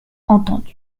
entendu